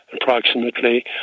approximately